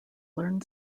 learn